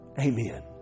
Amen